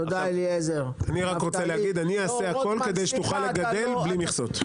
אני אעשה הכול כדי שתוכל לגדל בלי מכסות.